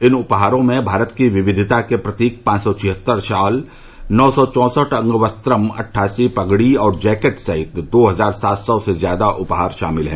इन उपहारों में भारत की विविधता के प्रतीक पांच सौ छिहत्तर शॉल नौ सौ चौसठ अंगवस्त्रम् अट्ठासी पगड़ी और जैकेट सहित दो हज़ार सात सौ से ज्यादा उपहार शामिल हैं